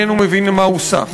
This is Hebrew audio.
אינו מבין על מה הוא סח.